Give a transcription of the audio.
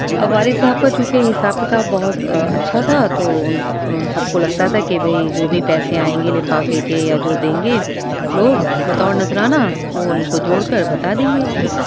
اور والد صاحب کا چونکہ حساب کتاب بہت اچھا تھا تو ان کو سب کو لگتا تھا کہ بھائی جو بھی پیسے آئیں گے لفافے کے یا جو دیں گے لوگ بطور نذرانہ وہ ان کو جوڑ کر بتا دیں گے